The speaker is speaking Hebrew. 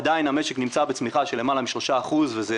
עדיין המשק נמצא בצמיחה של למעלה מ-3%, וזו